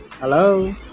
Hello